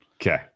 Okay